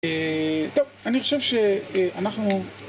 אה... טוב, אני חושב שאנחנו...